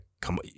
come